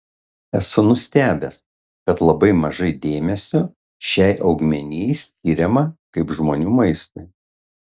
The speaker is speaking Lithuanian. esu nustebęs kad labai mažai dėmesio šiai augmenijai skiriama kaip žmonių maistui